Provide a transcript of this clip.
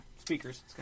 Speakers